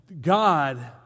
God